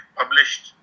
published